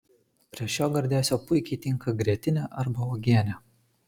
prie šio gardėsio puikiai tinka grietinė arba uogienė